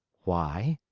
why?